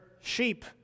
sheep